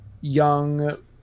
young